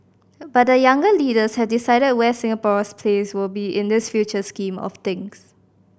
but the younger leaders have to decide where Singapore's place will be in this future scheme of things